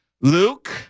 Luke